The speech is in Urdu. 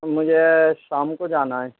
مجھے شام کو جانا ہے